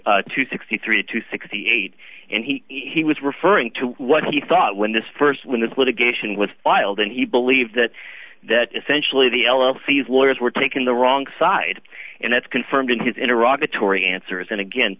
art to sixty three to sixty eight and he he was referring to what he thought when this first when this litigation was filed and he believed that that essentially the l l c his lawyers were taking the wrong side and that's confirmed in his in iraq a tory answers and again